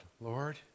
Lord